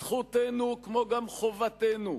זכותנו, כמו גם חובתנו,